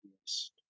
yes